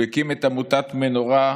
הוא הקים את עמותת מנורה,